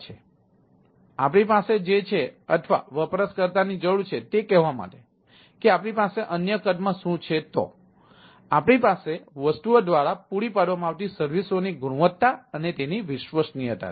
તેથી આપણી પાસે જે છે અથવા વપરાશકર્તાની જરૂર છે તે કહેવા માટે કે આપણી પાસે અન્ય કદમાં શું છે તો આપણી પાસે વસ્તુઓ દ્વારા પૂરી પાડવામાં આવતી સર્વિસઓની ગુણવત્તા અને તેની વિશ્વસનીયતા છે